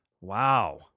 Wow